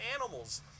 animals